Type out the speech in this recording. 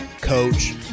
Coach